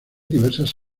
diversas